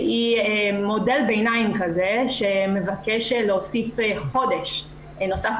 שהיא מודל ביניים שמבקש להוסיף חודש נוסף,